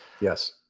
yes.